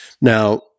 Now